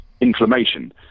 inflammation